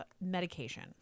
medication